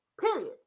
Period